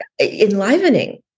enlivening